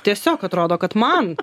tiesiog atrodo kad man